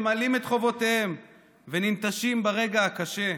ממלאים את חובותיהם וננטשים ברגע הקשה,